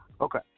Okay